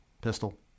pistol